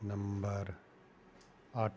number ਅੱਠ